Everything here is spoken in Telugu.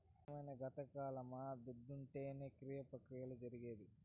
ఇదేమైన గతకాలమా దుడ్డుంటేనే క్రియ ప్రక్రియలు జరిగేది